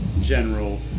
general